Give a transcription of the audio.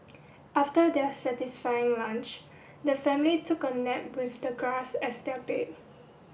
after their satisfying lunch the family took a nap with the grass as their bed